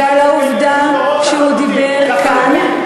ועל העובדה שהוא דיבר כאן,